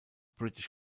british